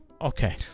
okay